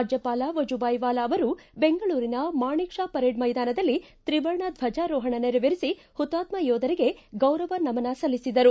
ರಾಜ್ಯಪಾಲ ವಜೂಬಾಯಿ ವಾಲಾ ಅವರು ಬೆಂಗಳೂರಿನ ಮಾಣಿಕ್ ಷಾ ಪರೇಡ್ ಮೈದಾನದಲ್ಲಿ ತ್ರಿವರ್ಣ ಧ್ವಜಾರೋಹಣ ನೆರವೇರಿಸಿ ಹುತಾತ್ಮ ಯೋಧರಿಗೆ ಗೌರವ ನಮನ ಸಲ್ಲಿಸಿದರು